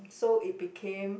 so it became